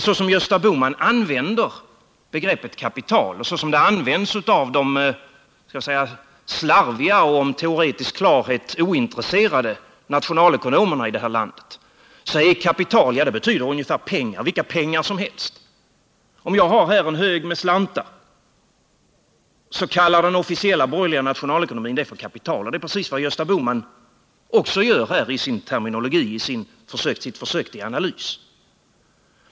Så som Gösta Bohman använder begreppet kapital och som det används av de slarviga och av teoretisk klarhet ointresserade nationalekonomerna i vårt land betyder det ungefär vilka pengar som helst. Om jag har en hög med slantar, kallar den officiella borgerliga nationalekonomin den för kapital, och det är precis detsamma som vad också Gösta Bohman här gör i sitt försök till analys.